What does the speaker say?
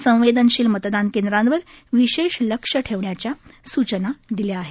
संवेदनशील मतदान केंद्रांवर विशेष लक्ष ठेवण्याच्या सूचना दिल्या आहेत